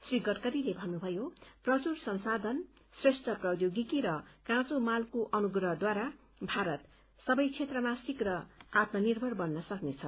श्री गडकरीले भन्नुभयो प्रचुर संशाधन श्रेष्ठ प्रौदोगिकी र काँचो मालको अनुग्रहद्वारा भारत सबै क्षेत्रमा शीप्र आत्मनिभ्रर बन्न सक्नेछ